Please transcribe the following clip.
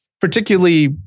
particularly